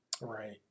Right